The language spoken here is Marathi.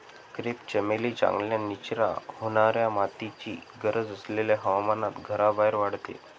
क्रेप चमेली चांगल्या निचरा होणाऱ्या मातीची गरज असलेल्या हवामानात घराबाहेर वाढते